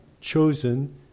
chosen